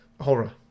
horror